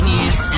News